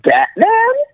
Batman